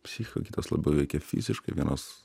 psichiką kitos labai veikia fiziškai vienos